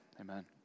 Amen